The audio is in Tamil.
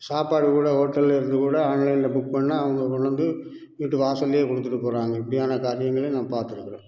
சாப்பாடு கூட ஹோட்டலில் இருந்து கூட ஆன்லைனில் புக் பண்ணால் அவங்க கொண்டு வந்து வீட்டு வாசல்லேயே கொடுத்துட்டு போகிறாங்க இப்படியான காரியங்களையும் நான் பாத்துருக்கிறேன்